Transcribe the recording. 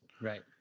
Right